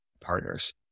partners